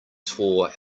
tore